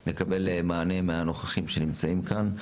אני אשמח אם נקבל מענה מהנוכחים שנמצאים כאן.